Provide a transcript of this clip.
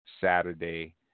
Saturday